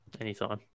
Anytime